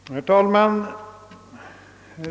Herr talman!